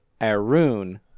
Arun